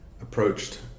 approached